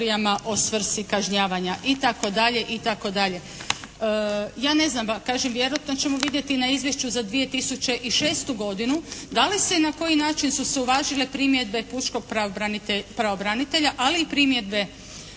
dalje i tako dalje. Ja ne znam, kažem vjerojatno ćemo vidjeti na izvješću za 2006. godinu da li se i na koji način su se uvažile primjedbe pučkog pravobranitelja ali i primjedbe